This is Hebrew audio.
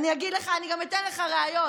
אני אגיד לך, אני גם אתן לך ראיות.